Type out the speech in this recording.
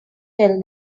tell